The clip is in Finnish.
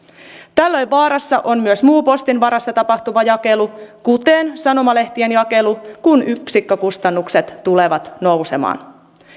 tällöin vaarassa on myös muu postin varassa tapahtuva jakelu kuten sanomalehtien jakelu kun yksikkökustannukset tulevat nousemaan